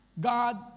God